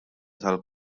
tal